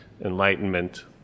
enlightenment